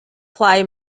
play